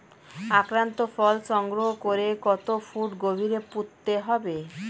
আক্রান্ত ফল সংগ্রহ করে কত ফুট গভীরে পুঁততে হবে?